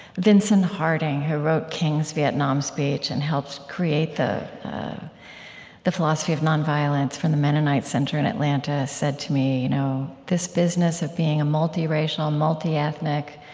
vincent harding, who wrote king's vietnam speech and helped create the the philosophy of non-violence from the mennonite center in atlanta, said to me, you know this business of being a multiracial, multiethnic,